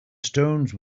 stones